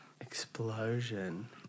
Explosion